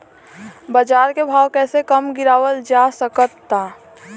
बाज़ार के भाव कैसे कम गीरावल जा सकता?